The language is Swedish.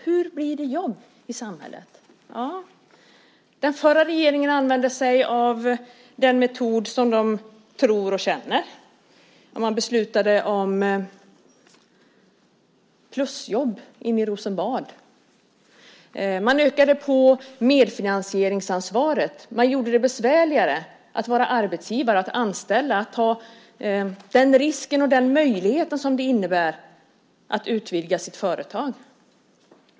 Hur blir det jobb i samhället? Den förra regeringen använde sig av den metod som de tror på och känner till. Man beslutade om plusjobb inne i Rosenbad. Man ökade medfinansieringsansvaret. Man gjorde det besvärligare att vara arbetsgivare, att anställa och att ta risken och möjligheten som det innebär att utvidga sitt företag.